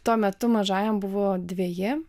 tuo metu mažajam buvo dveji